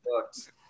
books